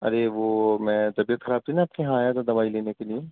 ارے وہ میں طبیعت خراب تھی نہ آپ کے یہاں آیا تھا دوائی دینے کے لیے